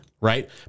right